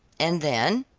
and then?